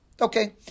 Okay